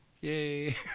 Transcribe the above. yay